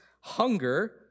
hunger